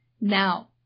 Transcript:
now